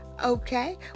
Okay